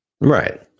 Right